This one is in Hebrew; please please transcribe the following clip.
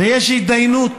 ויש התדיינות